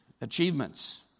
achievements